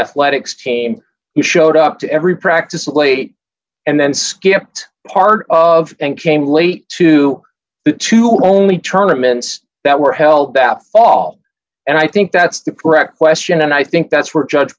athletics team who showed up to every practice late and then skipped part of and came late to the two only tournaments that were held that fall and i think that's the correct question and i think that's where judge